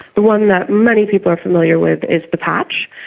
the one that many people are familiar with is the patch,